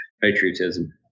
patriotism